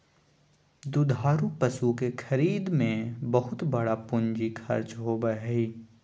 दुधारू पशु के खरीद में बहुत बड़ा पूंजी खर्च होबय हइ